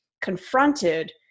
confronted